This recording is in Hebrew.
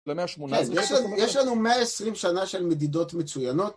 למאה ה-18. כן, יש לנו 120 שנה של מדידות מצוינות.